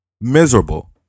Miserable